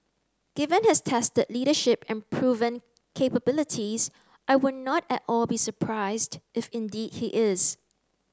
given his tested leadership and proven capabilities I would not at all be surprised if indeed he is